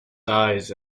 eyes